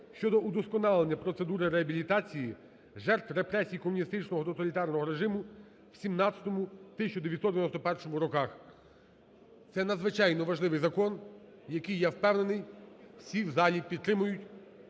щодо удосконалення процедури реабілітації жертв репресій комуністичного тоталітарного режиму у 1917-1991 роках. Це надзвичайно важливий закон, який, я впевнений, всі в залі підтримають.